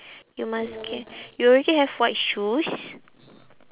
you must get you already have white shoes